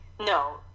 no